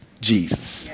Jesus